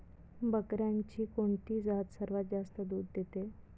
बकऱ्यांची कोणती जात सर्वात जास्त दूध देते?